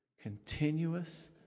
continuous